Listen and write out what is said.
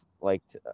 liked